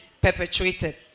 perpetrated